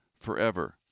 forever